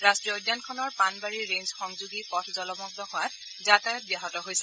ৰাষ্ট্ৰীয় উদ্যানখনৰ পানবাৰী ৰেঞ্জ সংযোগী পথ জলমগ্ন হোৱাত যাতায়াত ব্যাহত হৈছে